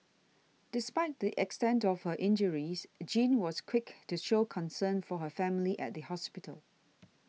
despite the extent of her injures Jean was quick to show concern for her family at the hospital